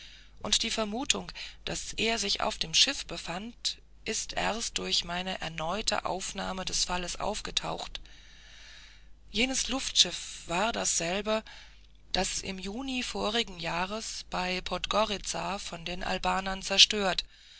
und die vermutung daß er sich auf dem schiff befand ist erst durch meine erneute aufnahme des falles aufgetaucht jenes luftschiff war dasselbe das im juni vorigen jahres bei podgoritza von den albanern zerstört